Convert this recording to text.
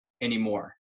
anymore